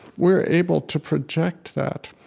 we're able to project that.